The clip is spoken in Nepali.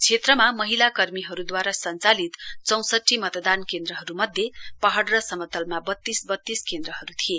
क्षेत्रमा महिला कर्मीहरूद्वारा सञ्चालित चौसठी मतदान केन्द्रहरूमध्ये महाइ र समतलमा बत्तीस बत्तीस केन्द्रहरू थिए